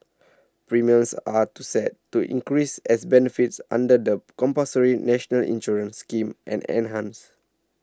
premiums are to set to increase as benefits under the compulsory national insurance scheme and enhanced